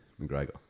McGregor